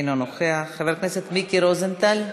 אינו נוכח, חבר הכנסת מיקי רוזנטל,